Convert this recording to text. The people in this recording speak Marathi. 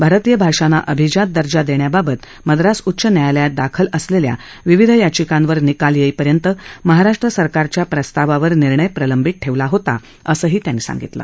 भारतीय भाषांना अभिजात दर्जा देण्याबाबत मद्रास उच्च न्यायालयात दाखल असलेल्या विविध याचिकांवर निकाल येईपर्यंत महाराष्ट्र सरकारच्या प्रस्तावावर निर्णय प्रलंबित ठेवला होता असंही त्यांनी सांगितलं